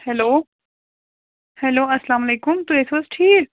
hello hello اسلام علیکُم تُہۍ ٲسِو حظ ٹھیٖک